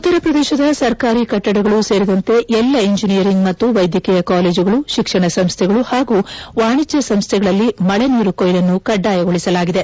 ಉತ್ತರ ಪ್ರದೇಶದ ಸರ್ಕಾರಿ ಕಟ್ಟಡಗಳೂ ಸೇರಿದಂತೆ ಎಲ್ಲ ಎಂಜಿನಿಯರಿಂಗ್ ಮತ್ತು ವೈದ್ಯಕೀಯ ಕಾಲೇಜುಗಳು ಶಿಕ್ಷಣ ಸಂಸ್ಥೆಗಳು ಹಾಗೂ ವಾಣಿಜ್ಯ ಸಂಸ್ಥೆಗಳಲ್ಲಿ ಮಳೆ ನೀರು ಕೊಯ್ಲನ್ನು ಕಡ್ಡಾಯಗೊಳಿಸಲಾಗಿದೆ